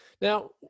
Now